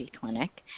clinic